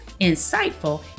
insightful